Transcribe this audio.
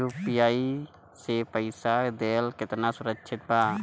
UPI से पईसा देहल केतना सुरक्षित बा?